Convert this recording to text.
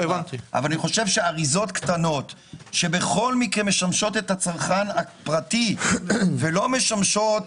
חושב שאריזות קטנות שמשמשות את הצרכן הפרטי ולא משמשות